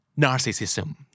narcissism